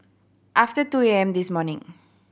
after two A M this morning